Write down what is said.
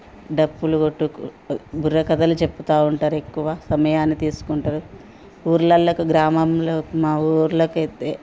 డప్పులు కొట్టు బుర్రకథలు చెబుతూ ఉంటారు ఎక్కువ సమయాన్ని తీసుకుంటారు ఊర్లలకు గ్రామంలో మా ఊర్లకైతే